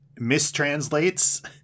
mistranslates